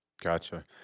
Gotcha